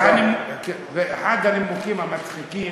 אחד הנימוקים המצחיקים: